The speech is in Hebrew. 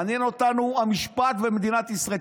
מעניין אותנו המשפט במדינת ישראל,